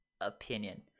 opinion